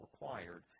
required